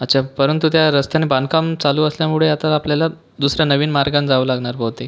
अच्छा परंतु त्या रस्त्याने बांधकाम चालू असल्यामुळे आता आपल्याला दुसऱ्या नवीन मार्गानं जावं लागणार बहुतेक